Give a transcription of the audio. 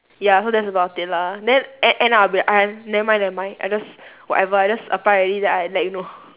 ya so that's about it lah then end end up I'll be ah never mind never mind I just whatever I just apply already then I let you know